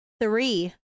Three